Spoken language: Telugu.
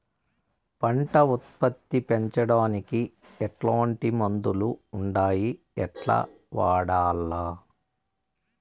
పంట ఉత్పత్తి పెంచడానికి ఎట్లాంటి మందులు ఉండాయి ఎట్లా వాడల్ల?